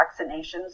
vaccinations